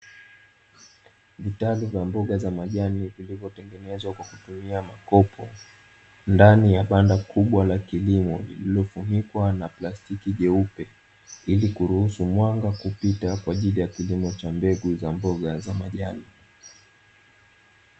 Vitalu vya mboga za majani vilivyotengenezwa kwa kutumia makopo ndani ya banda kubwa la kilimo lililofunikwa na plastiki nyeupe ili kuruhusu mwanga kupita kwa ajili ya kilimo cha mbegu za mboga za majani.